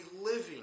living